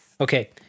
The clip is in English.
Okay